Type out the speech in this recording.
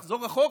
לחזור אחורה,